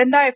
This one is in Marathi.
यंदा एफ